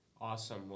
Awesome